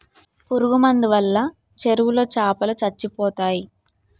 పురుగు మందు వాళ్ళ చెరువులో చాపలో సచ్చిపోతయ్